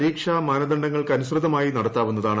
പരീക്ഷാ മാനദണ്ഡങ്ങൾക്കനുസൃതമായി നടത്താവുന്നതാണ്